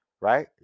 right